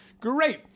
great